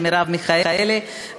מרב מיכאלי,